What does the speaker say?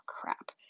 crap